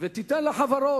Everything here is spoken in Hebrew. ולתת לחברות,